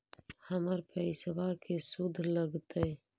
हमर पैसाबा के शुद्ध लगतै?